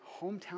hometown